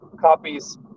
copies